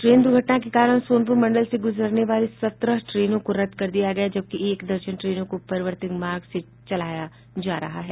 train दुर्घटना के कारण सोनपुर मंडल से गुजरने वाली सत्रह ट्रेनों को रद्द कर दिया गया है जबकि एक दर्जन ट्रेनों को परिवर्तित मार्ग से चलाया जा रहा है